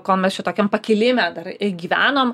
ko mes čia tokiam pakilime dar gyvenom